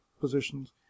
positions